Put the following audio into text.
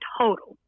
total